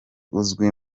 uzwi